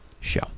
show